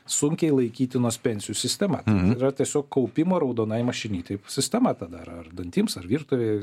sunkiai laikytinos pensijų sistema yra tiesiog kaupimo raudonai mašinytėj sistema tada ar ar dantims ar virtuvei